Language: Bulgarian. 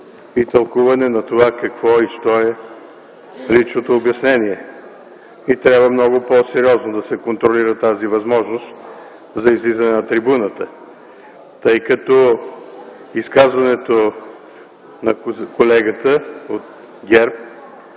и тълкуване на това какво е и що е личното обяснение. Би трябвало много по-сериозно да се контролира тази възможност за излизане на трибуната. Изказването на колегата от ГЕРБ